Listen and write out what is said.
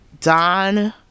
Don